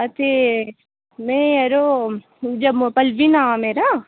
अते में जरो जम्मू पल्लवी नांऽ मेरा